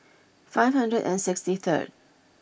five hundred and sixty third